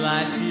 Life